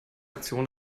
aktion